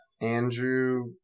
Andrew